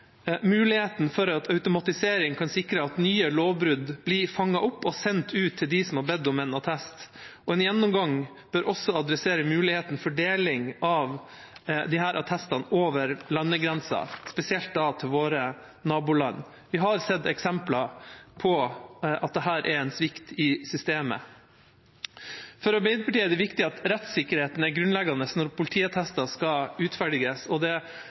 muligheten for at automatisering kan sikre at nye lovbrudd blir fanget opp og sendt ut til dem som har bedt om en attest. En gjennomgang bør også adressere muligheten for deling av disse attestene over landegrenser, spesielt da til våre naboland. Vi har sett eksempler på at dette er en svikt i systemet. For Arbeiderpartiet er det viktig at rettssikkerheten er grunnleggende når politiattester skal utferdiges.